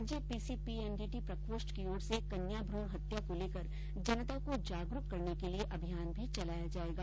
राज्य पीसीपीएनडीटी प्रकोष्ठ की ओर से कन्या भ्रण हत्या को लेकर जनता को जागरूक करने के लिये अभियान भी चलाया जायेगा